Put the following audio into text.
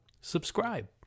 subscribe